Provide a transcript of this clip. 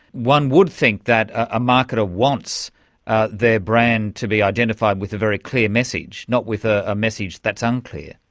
one would think that a marketer wants their brand to be identified with a very clear message, not with a ah message that is so unclear.